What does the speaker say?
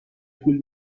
پول